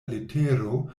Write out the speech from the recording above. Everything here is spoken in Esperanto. letero